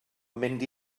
mynd